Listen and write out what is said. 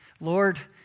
Lord